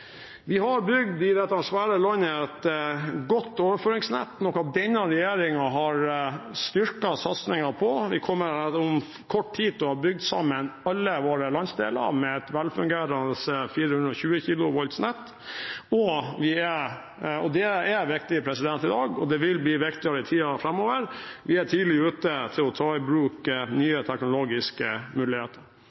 Vi har i dette store landet bygd et godt overføringsnett, noe denne regjeringen har styrket satsingen på. Vi kommer om kort tid til å ha bundet sammen alle våre landsdeler med et velfungerende 420 kV nett, og vi er – og det er viktig i dag, og vil bli viktigere i tiden framover – tidlig ute med å ta i bruk nye teknologiske muligheter.